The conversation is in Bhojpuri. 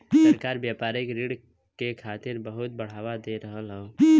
सरकार व्यापारिक ऋण के खातिर बहुत बढ़ावा दे रहल हौ